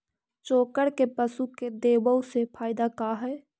चोकर के पशु के देबौ से फायदा का है?